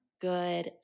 good